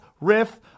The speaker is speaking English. riff